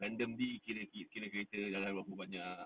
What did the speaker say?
err randomly kira-kira kereta jalan berapa banyak